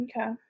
okay